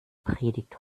predigt